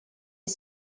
est